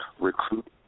recruit